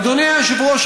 אדוני היושב-ראש,